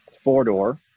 four-door